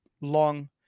long